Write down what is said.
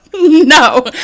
No